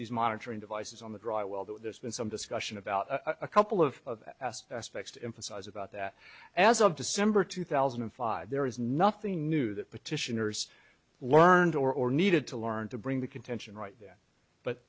these monitoring devices on the dry well though there's been some discussion about a couple of aspects to emphasize about that as of december two thousand and five there is nothing new that petitioners learned or needed to learn to bring the contention right there but